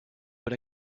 but